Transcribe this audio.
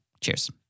Cheers